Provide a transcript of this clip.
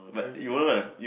I really regret